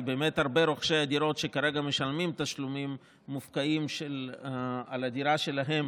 כי באמת הרבה רוכשי דירות כרגע שמשלמים תשלומים מופקעים על הדירה שלהם